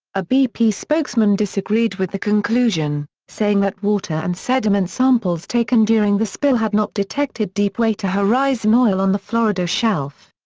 a bp spokesman disagreed with the conclusion, saying that water and sediment samples taken during the spill had not detected deepwater horizon oil on the florida shelf.